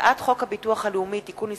הצעת חוק הביטוח הלאומי (תיקון מס'